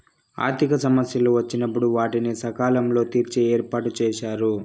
ఆర్థిక సమస్యలు వచ్చినప్పుడు వాటిని సకాలంలో తీర్చే ఏర్పాటుచేశారు